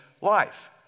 life